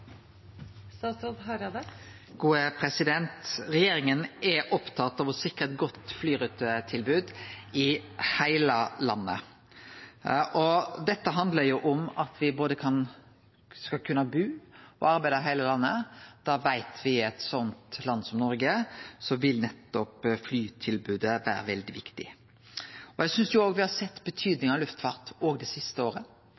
opptatt av å sikre eit godt flyrutetilbod i heile landet. Det handlar om at me skal kunne både bu og arbeide i heile landet, og da veit me at i eit land som Noreg vil nettopp flytilbodet vere veldig viktig. Eg synest me har sett betydninga av luftfart òg det siste året. Sjølv om trafikknedgangen har vore der, har me sett